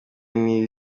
n’iri